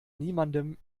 niemandem